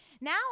now